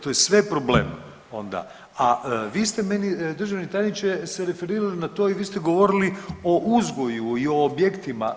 To je sve problem onda, a vi ste meni državni tajniče se referirali na to i vi ste govorili o uzgoju i o objektima.